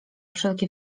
wszelki